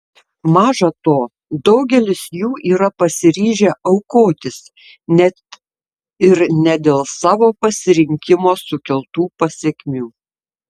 maža to daugelis jų yra pasiryžę aukotis net ir ne dėl savo pasirinkimo sukeltų pasekmių